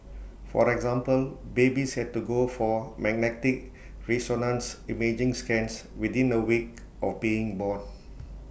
for example babies had to go for magnetic resonance imaging scans within A week of being born